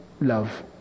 love